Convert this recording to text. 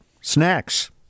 snacks